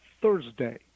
Thursday